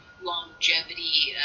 longevity